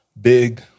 big